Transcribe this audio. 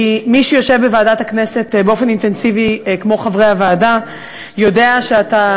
כי מי שיושב בוועדת הכנסת באופן אינטנסיבי כמו חברי הוועדה יודע שאתה